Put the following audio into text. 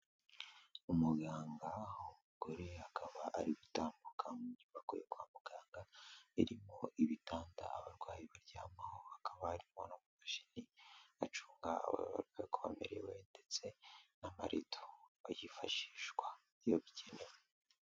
Umuganga w'umugore akaba ari gutambuka mu nyubako yo kwa muganga, irimo ibitanda abarwayi baryamaho hakaba harimo n'amamashini acunga uko bamerewe ndetse n'amarido yifashishwa iyo bikenewe.